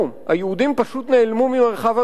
היהודים פשוט נעלמו ממרחב המחיה.